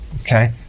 Okay